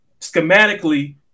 schematically